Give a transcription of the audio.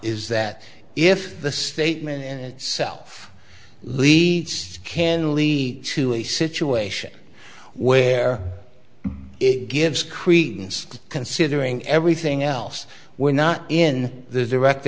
is that if the statement in itself leads can lead to a situation where it gives credence to considering everything else we're not in the direct